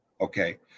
okay